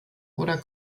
oder